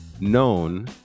known